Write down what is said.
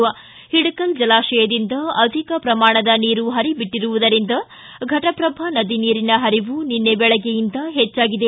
ಓಡಕಲ್ ಜಲಾಶಯದಿಂದ ಅಧಿಕ ಪ್ರಮಾಣದ ನೀರು ಪರಿ ಬಿಟ್ಲಿರುವುದರಿಂದ ಘಟಪ್ರಭಾ ನದಿ ನೀರಿನ ಪರಿವು ನಿನ್ನೆ ಬೆಳಗ್ಗೆಯಿಂದ ಹೆಚ್ಚಾಗಿದೆ